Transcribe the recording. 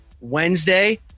Wednesday